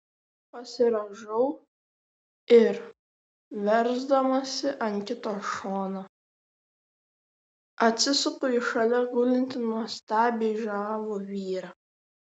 pasirąžau ir versdamasi ant kito šono atsisuku į šalia gulintį nuostabiai žavų vyrą